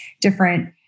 different